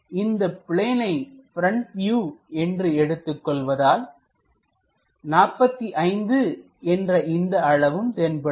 நாம் இந்த பிளேனை பிரண்ட் வியூ என்று எடுத்துக் கொள்வதனால் 45 என்ற இந்த அளவும் தென்படும்